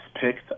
picked